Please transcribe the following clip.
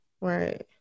Right